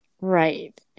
Right